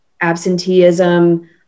absenteeism